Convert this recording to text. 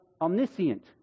omniscient